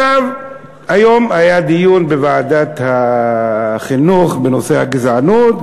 היום היה דיון בוועדת החינוך בנושא הגזענות,